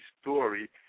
story